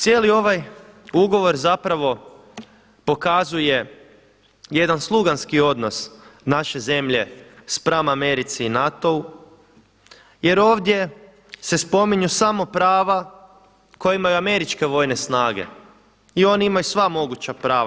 Cijeli ovaj ugovor zapravo pokazuje jedan sluganski odnos naše zemlje spram Americi i NATO-u jer ovdje se spominju samo prava koja imaju američke vojne snage i oni imaju sva moguća prava.